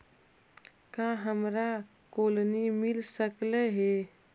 का हमरा कोलनी मिल सकले हे?